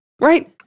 right